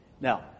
Now